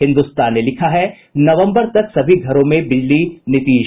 हिन्दुस्तान ने लिखा है नवम्बर तक सभी घरों में बिजली नीतीश